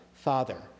father